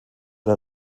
der